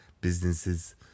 businesses